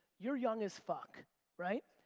you're young as fuck right?